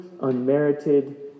unmerited